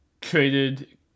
traded